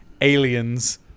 Aliens